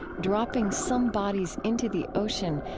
dropping some bodies into the ocean,